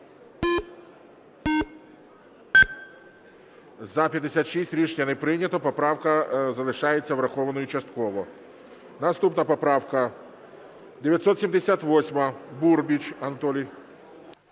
За-56 Рішення не прийнято. Поправка залишається врахованою частково. Наступна поправка 978. Бурміч Анатолій.